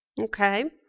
okay